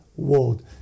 world